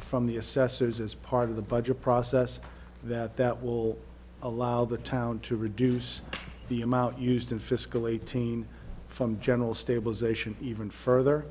from the assessor's as part of the budget process that that will allow the town to reduce the amount used in fiscal eighteen from general stabilization even further